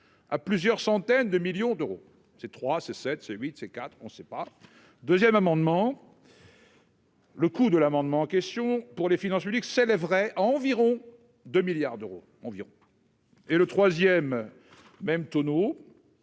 à plusieurs centaines de millions d'euros, c'est trois ce cette celui de ces quatre, on ne sait pas 2ème amendement. Le coût de l'amendement en question pour les finances publiques s'élèverait à environ 2 milliards d'euros environ, et le troisième même tonneau